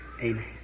amen